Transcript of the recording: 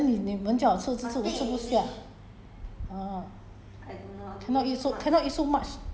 他他说我吃得少我现在坐在这边都没有动 then 你你们叫我吃其实我吃不下